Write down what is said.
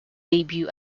debut